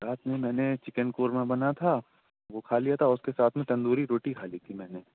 رات میں میں نے چکن قورمہ بنا تھا وہ کھا لیا تھا اس کے ساتھ میں تندوری روٹی کھا لی تھی میں نے